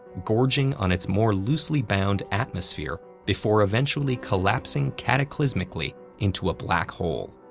gorging on its more loosely bound atmosphere before eventually collapsing cataclysmically into a black hole.